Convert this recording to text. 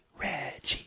Reggie